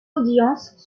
audiences